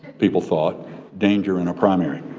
people thought danger in a primary.